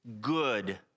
good